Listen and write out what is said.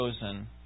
chosen